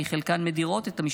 כי חלקן מדירות את המשפחות,